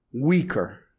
Weaker